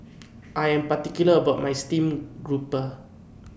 I Am particular about My Steamed Grouper